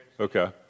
Okay